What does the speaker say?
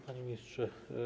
Panie Ministrze!